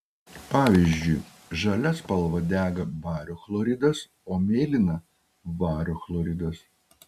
pavyzdžiui žalia spalva dega bario chloridas o mėlyna vario chloridas